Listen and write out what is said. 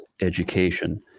education